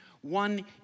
One